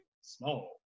small